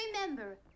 remember